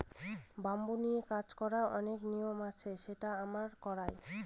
bamboo নিয়ে কাজ করার অনেক নিয়ম আছে সেটা আমরা করায়